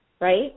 right